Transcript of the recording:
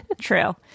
True